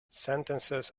sentences